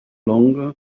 longer